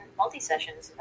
multi-sessions